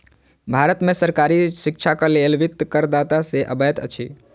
भारत में सरकारी शिक्षाक लेल वित्त करदाता से अबैत अछि